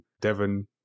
Devon